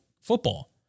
football